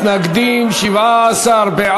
את הצעת חוק פיקוח על בתי-ספר (תיקון,